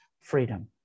freedom